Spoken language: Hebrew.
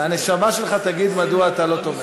מהנשמה שלך תגיד מדוע אתה לא תומך.